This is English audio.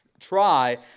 try